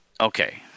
Okay